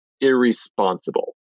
irresponsible